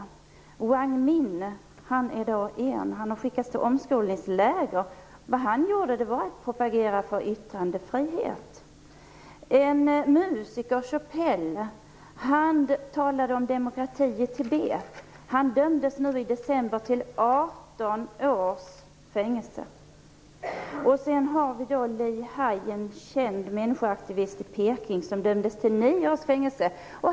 Wang Min är en, han har skickats till omskolningsläger. Vad han gjorde var att propagera för yttrandefrihet. Choephel, en musiker, talade om demokrati i Tibet. Han dömdes i december till 18 års fängelse. Li Hai, en känd människorättsaktivist i Peking, dömdes till nio års fängelse.